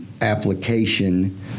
application